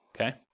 okay